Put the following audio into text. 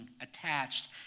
attached